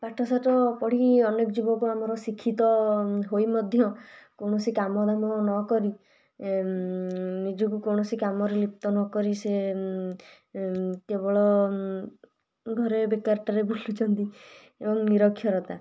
ପାଠଶାଠ ପଢ଼ିକି ଅନେକ ଯୁବକ ଆମର ଶିକ୍ଷିତ ହୋଇ ମଧ୍ୟ କୌଣସି କାମ ଦାମ ନକରି ନିଜକୁ କୌଣସି କାମରେ ଲିପ୍ତ ନ କରି ସେ କେବଳ ଘରେ ବେକାରଟାରେ ବୁଲୁଛନ୍ତି ଏବଂ ନିରକ୍ଷରତା